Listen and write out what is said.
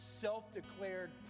self-declared